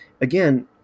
again